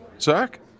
Zach